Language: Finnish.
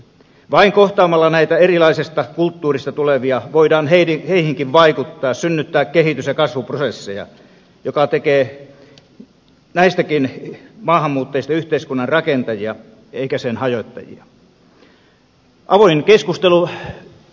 vain kohtaamalla näitä erilaisesta kulttuurista tulevia voidaan heihinkin vaikuttaa synnyttää kehitys ja kasvuprosesseja jotka tekevät näistäkin maahanmuuttajista yhteiskunnan rakentajia eivätkä sen hajottajia